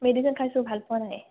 medicine খাইছোঁ ভাল পোৱা নাই